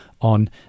on